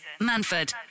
Manford